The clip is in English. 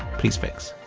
please fix.